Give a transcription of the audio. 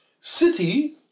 City